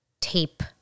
tape